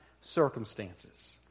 circumstances